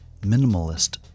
minimalist